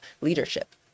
leadership